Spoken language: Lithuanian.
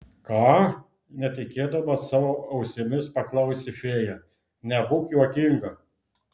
ką netikėdama savo ausimis paklausė fėja nebūk juokinga